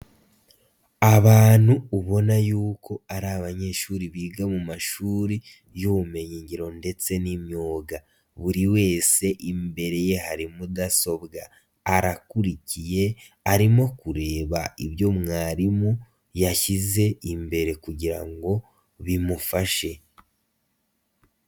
Abantu ubona yuko ari abanyeshuri biga mu mashuri y'ubumenyingiro ndetse n'imyuga, buri wese imbere ye hari mudasobwa, arakurikiye arimo kureba ibyo mwarimu yashyize imbere kugira ngo bimufashe.